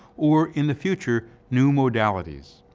or, in the future, new modalities.